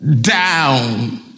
down